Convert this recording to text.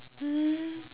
um